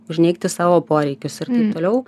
užneigti savo poreikius ir taip toliau